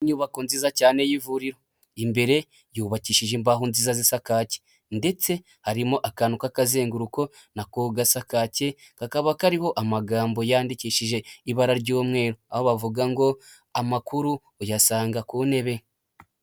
Inyubako nziza cyane y'ivuriro, imbere yubakishije imbaho nziza z'isa kake ndetse harimo akantu k'akazenguruko na ko gasa kake, kakaba kariho amagambo yandikishije ibara ry'umweru, aho bavuga ngo: " Amakuru uyasanga ku ntebe."